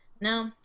No